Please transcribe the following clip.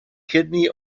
kidney